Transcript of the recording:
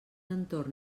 entorn